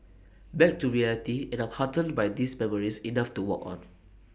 back to reality and I'm heartened by these memories enough to walk on